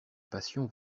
passion